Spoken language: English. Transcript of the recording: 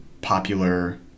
Popular